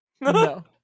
no